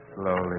Slowly